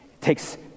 takes